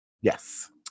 yes